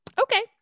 Okay